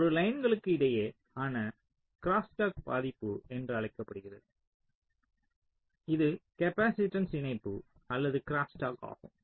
இது லயன்களுக்கு இடையே ஆன க்ரோஸ்டாக் பாதிப்பு என்று அழைக்கப்படுகிறது இது காப்பாசிட்டன்ஸ் இணைப்பு அல்லது க்ரோஸ்டாக் ஆகும்